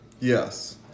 Yes